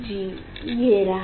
जी ये रहा